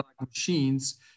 machines